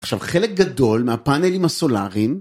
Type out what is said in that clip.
עכשיו חלק גדול מהפאנלים הסולאריים...